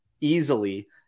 Easily